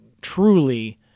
truly